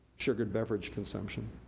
sugared beverage consumption.